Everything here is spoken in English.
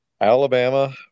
alabama